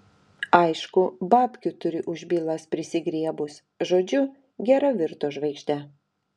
aišku babkių turi už bylas prisigriebus žodžiu gera virto žvaigžde